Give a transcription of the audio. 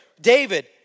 David